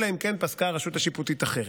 אלא אם כן פסקה הרשות השיפוטית אחרת.